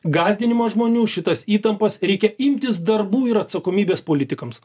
gąsdinimą žmonių šitas įtampas ir reikia imtis darbų ir atsakomybės politikams